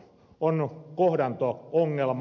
on kohtaanto ongelma